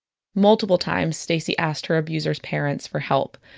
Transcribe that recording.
multiple times, stacie asked her abusers' parents for help.